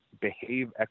behave